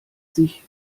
sich